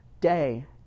Day